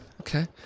Okay